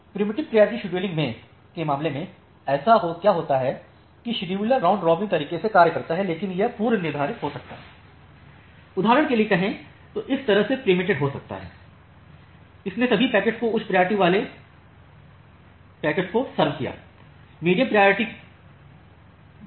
preemptive priority scheduling के मामले में ऐसा क्या होता है कि शेड्यूलर राउंड रॉबिन तरीके से कार्य करता है लेकिन यह पूर्वनिर्धारित हो सकता है उदाहरण के लिए कहें तो इस तरह से प्रिमप्टेड हो सकता है इसने सभी पैकेट्स को उच्च प्रायोरिटी वाले पर्पस से सर्व किया था